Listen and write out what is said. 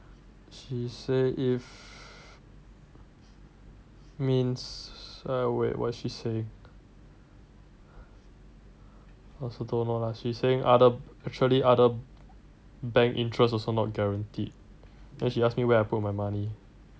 she say if means err wait what's she saying I also don't know lah actually other bank interest also not guaranteed then she ask me where I put my money